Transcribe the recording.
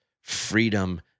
freedom